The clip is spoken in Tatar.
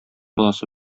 баласы